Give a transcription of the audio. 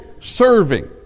serving